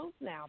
now